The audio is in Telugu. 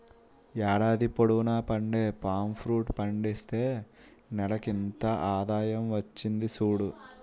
ఏడాది పొడువునా పండే పామ్ ఫ్రూట్ పండిస్తే నెలకింత ఆదాయం వచ్చింది సూడు